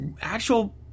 actual